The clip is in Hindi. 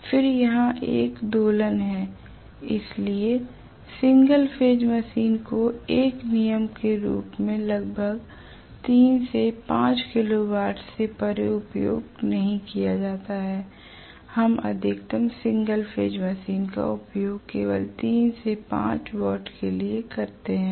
फिर यहा एक दोलन है इसलिए सिंगल फेज मशीन को एक नियम के रूप में लगभग 3 से 5 किलोवाट से परे उपयोग नहीं किया जाता है हम अधिकतम सिंगल फेज मशीन का उपयोग केवल 3 से 5 किलोवाट के लिए करते हैं